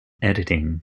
editing